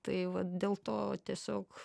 tai vat dėl to tiesiog